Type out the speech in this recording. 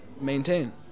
maintain